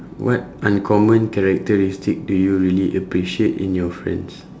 what uncommon characteristic do you really appreciate in your friends